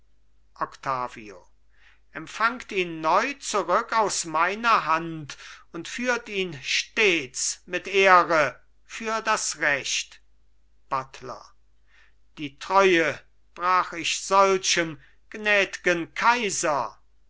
octavio empfangt ihn neu zurück aus meiner hand und führt ihn stets mit ehre für das recht buttler die treue brach ich solchem gnädgen kaiser